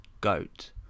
Goat